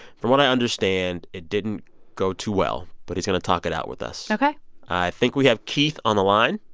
from what i understand, it didn't go too well, but he's going to talk it out with us ok i think we have keith on the line